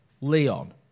Leon